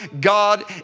God